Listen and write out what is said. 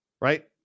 right